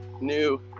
new